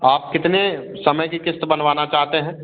आप कितने समय की क़िस्त बनवाना चाहते हैं